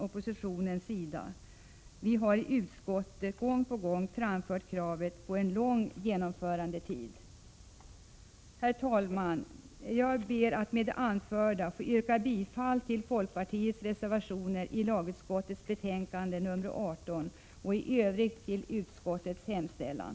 Vi har i utskottet gång på gång framfört kravet på en lång genomförandetid. Herr talman! Jag ber att få yrka bifall till folkpartiets reservationer i lagutskottets betänkande nr 18 och i övrigt till utskottets hemställan.